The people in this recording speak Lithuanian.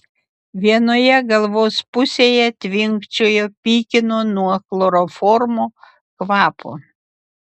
vienoje galvos pusėje tvinkčiojo pykino nuo chloroformo kvapo